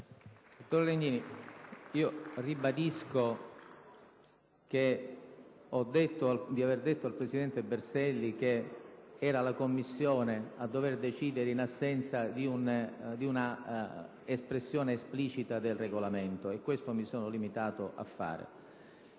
Senatore Legnini, ribadisco di aver detto al presidente Berselli che era la Commissione a dover decidere, in assenza di una espressione esplicita del Regolamento; questo mi sono limitato a fare.